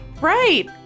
Right